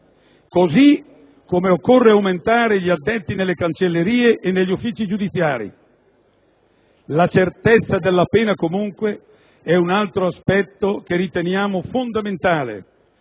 Occorre altresì aumentare gli addetti nelle cancellerie e negli uffici giudiziari. La certezza della pena è un altro aspetto che riteniamo fondamentale,